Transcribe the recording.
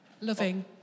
Loving